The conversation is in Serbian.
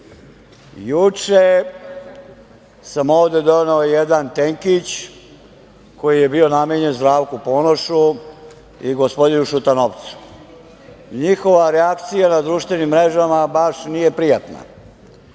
sam ovde doneo jedan tenkić koji je bio namenjen Zdravku Ponošu i gospodinu Šutanovcu. Njihova reakcija na društvenim mrežama nije baš prijatna.